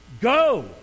Go